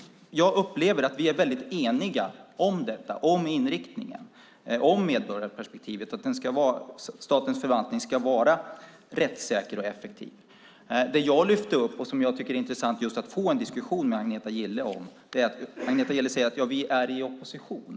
Jag upplever att vi är väldigt eniga om inriktningen och medborgarperspektivet. Statens förvaltning ska vara rättssäker och effektiv. Det jag lyfte upp och det jag tycker är intressant att få en diskussion med Agneta Gille om är att Agneta Gille säger att de är i opposition.